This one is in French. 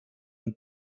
une